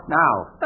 now